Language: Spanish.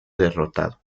derrotado